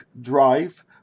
drive